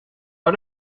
pas